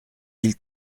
mille